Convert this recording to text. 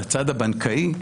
בצד הבנקאי,